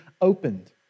opened